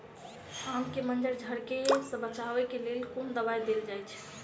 आम केँ मंजर झरके सऽ बचाब केँ लेल केँ कुन दवाई देल जाएँ छैय?